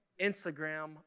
Instagram